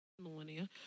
millennia